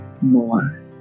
more